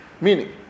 meaning